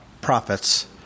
profits